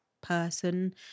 person